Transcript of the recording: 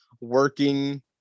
working